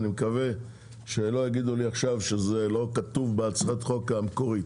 אני מקווה שלא יגידו לי עכשיו שזה לא כתוב בהצעת החוק המקורית,